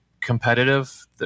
competitive